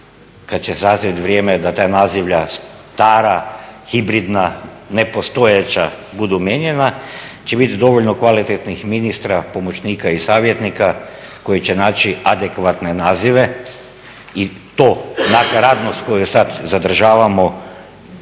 kad će sazrjet vrijeme da ta nazivlja stara, hibridna nepostojeća budu mijenjanja će biti dovoljno kvalitetnih ministra, pomoćnika i savjetnika koji će naći adekvatne nazive i to nakaradnost koju sad zadržavamo